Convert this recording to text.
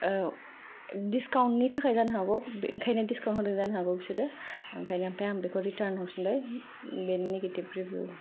डिसकाउन्टनि थाखाय जानो हागौ ओंखायनो डिस्काउन्ट होदों जानो हागौ बिसोरो ओंखायनो ओमफाय आं बेखौ रिटार्न हरफिनबाय बेनो नेगेतिभ रिभिउ